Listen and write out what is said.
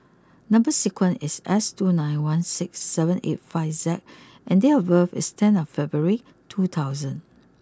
number sequence is S two nine one six seven eight five Z and date of birth is tenth February two thousand